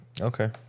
Okay